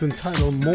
entitled